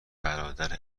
برادر